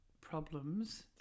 problems